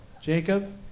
Jacob